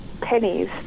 pennies